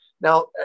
now